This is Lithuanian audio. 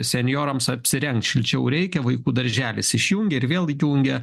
senjorams apsirengt šilčiau reikia vaikų darželis išjungia ir vėl įjungia